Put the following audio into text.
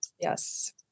Yes